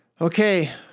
Okay